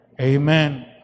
Amen